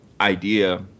idea